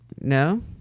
No